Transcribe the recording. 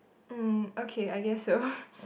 um okay I guess so